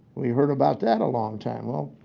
we heard about that a long time, um